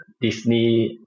disney